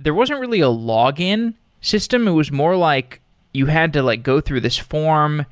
there wasn't really a login system. it was more like you had to like go through this form.